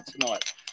tonight